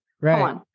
right